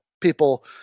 people